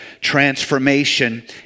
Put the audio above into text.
transformation